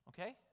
Okay